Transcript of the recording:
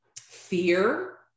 fear